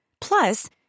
Plus